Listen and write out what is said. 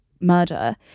murder